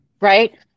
right